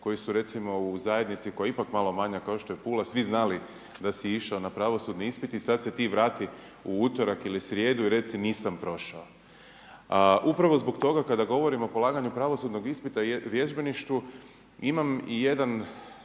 koji su recimo, u zajednici koja je ipak malo manja kao što je Pula, svi znali da si išao na pravosudni ispit i sad se ti vrati u utorak ili srijedu i reci nisam prošao. Upravo zbog toga, kada govorim o polaganju pravosudnog ispita i vježbeništvu, imam i jedan,